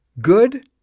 good